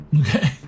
Okay